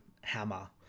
hammer